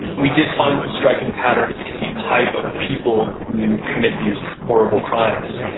we did find some striking patterns in the type of people who commit these horrible crimes.